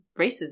racism